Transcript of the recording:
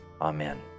Amen